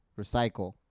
Recycle